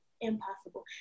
impossible